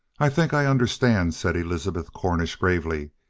i think i understand, said elizabeth cornish gravely.